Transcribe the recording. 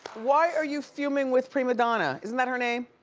why are you fuming with primadonna? isn't that her name?